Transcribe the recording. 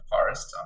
forest